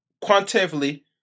quantitatively